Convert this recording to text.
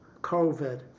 COVID